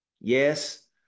Yes